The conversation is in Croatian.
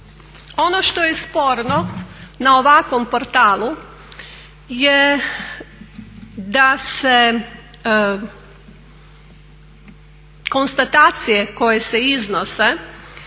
Ono što je sporno na ovakvom portalu je da se konstatacije koje se iznose,